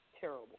terrible